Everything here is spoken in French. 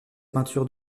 peintures